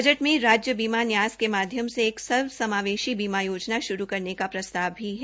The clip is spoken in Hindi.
बजट में राज्य बीमा न्यास के माध्यम से एक सर्व समावेशी बीमा योजना श्रू करने का प्रस्ताव भी है